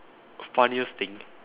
funniest thing